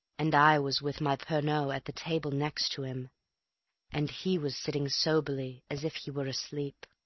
and i was with my pernod at the table next to him and he was sitting soberly as if he were asleep,